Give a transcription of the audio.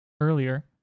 earlier